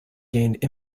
gained